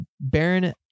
Baron